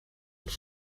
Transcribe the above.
het